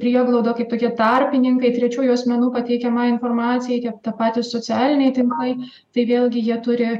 prieglauda kaip tokie tarpininkai trečiųjų asmenų pateikiamai informacijai tą patį socialiniai tinklai tai vėlgi jie turi